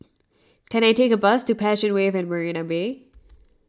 can I take a bus to Passion Wave at Marina Bay